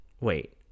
Wait